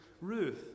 Ruth